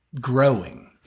growing